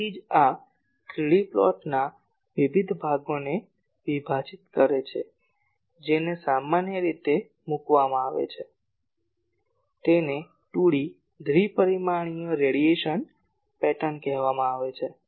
તેથી જ આ 3 D પ્લોટના વિવિધ ભાગોને વિભાજિત કરે છે જેને સામાન્ય રીતે મૂકવામાં આવે છે તેને 2 D દ્વિ પરિમાણીય રેડિયેશન પેટર્ન કહેવામાં આવે છે